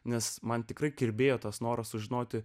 nes man tikrai kirbėjo tas noras sužinoti